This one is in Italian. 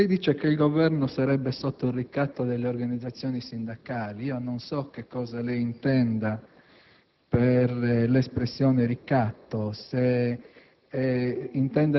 Lei afferma che il Governo sarebbe sotto il ricatto delle organizzazioni sindacali. Non so cosa lei intenda con l'espressione "ricatto",